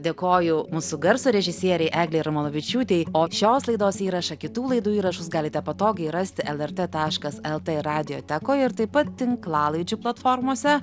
dėkoju mūsų garso režisierei eglei ramonavičiūtei o šios laidos įrašą kitų laidų įrašus galite patogiai rast lrt taškas lt radiotekoj ir taip pat tinklalaidžių platformose